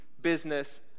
business